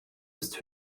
ist